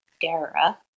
Dara